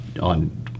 on